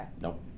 Nope